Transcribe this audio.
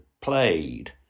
played